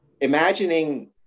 imagining